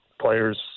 players